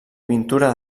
pintura